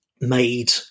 made